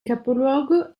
capoluogo